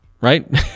right